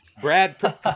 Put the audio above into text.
brad